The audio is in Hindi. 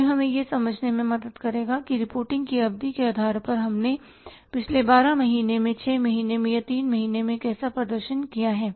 यह हमें यह समझने में मदद करेगा कि रिपोर्टिंग की अवधि के आधार पर हमने पिछले 12 महीने 6 महीने या 3 महीने में कैसा प्रदर्शन किया है